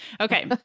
Okay